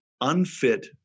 unfit